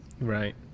right